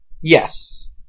Yes